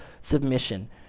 submission